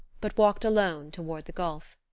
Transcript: but walked alone toward the gulf.